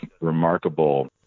remarkable